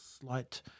slight